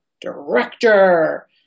director